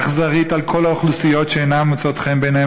אכזרית לכל האוכלוסיות שאינן מוצאות חן בעיניה,